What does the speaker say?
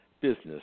business